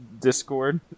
Discord